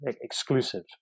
exclusive